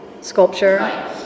sculpture